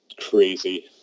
crazy